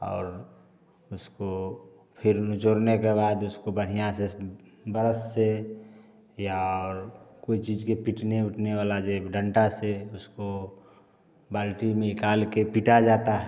और उसको फिर निचोड़ने के बाद उसको बढ़िया से बरस से या और कोई चीज के पिटने उटने वाला ये डंडा से उसको बाल्टी में निकाल के पीटा जाता है